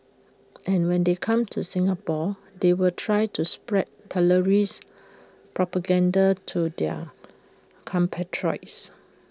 and when they come to Singapore they will try to spread terrorist propaganda to their compatriots